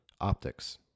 Optics